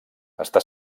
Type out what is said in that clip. està